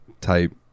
type